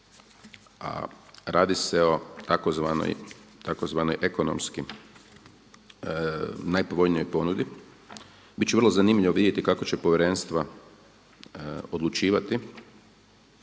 a radi se o tzv. ekonomski najpovoljnijoj ponudi. Bit će vrlo zanimljivo vidjeti kako će povjerenstva odlučivati